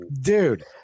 dude